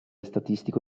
statistico